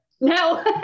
No